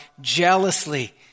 jealously